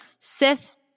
Sith